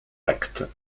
actes